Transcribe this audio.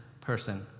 person